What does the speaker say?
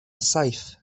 saith